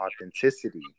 authenticity